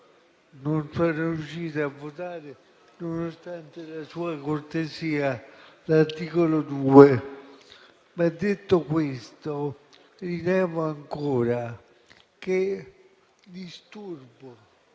non sono riuscito a votare, nonostante la sua cortesia, l'articolo 2. Detto questo, rilevo ancora che disturbo,